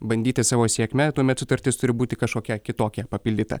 bandyti savo sėkme tuomet sutartis turi būti kažkokia kitokia papildyta